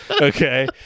Okay